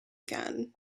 again